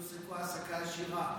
שיועסקו בהעסקה ישירה,